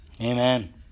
Amen